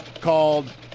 called